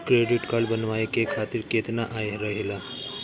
Credit card बनवाए के खातिर केतना आय रहेला?